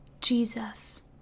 jesus